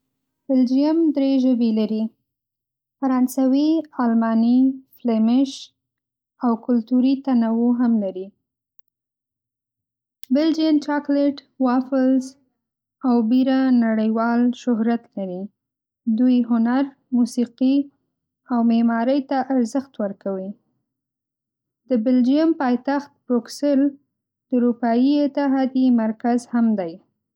بلجیم درې ژبې لري (فرانسوي، الماني، فلېمش)، او کلتوري تنوع لري. بلجین چاکلیټ، وافلز، او بیره نړیوال شهرت لري. دوی هنر، موسیقي او معمارۍ ته ارزښت ورکوي. د بلجیم پایتخت،‌ بروکسل د اروپایي اتحادیې مرکز هم دی.